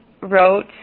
wrote